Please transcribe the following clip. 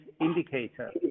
indicator